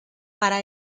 para